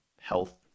health